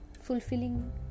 fulfilling